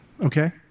Okay